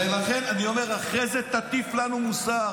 אני אומר, אחרי זה תטיף לנו מוסר.